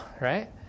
right